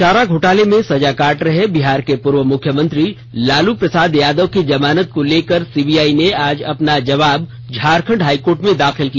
चारा घोटाले मे सजा काट रहे बिहार के पूर्व मुख्यमंत्री लालू प्रसाद यादव की जमानत को लेकर सीबीआई ने आज अपना जवाब झारखंड हाईकोर्ट में दाखिल किया